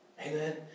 Amen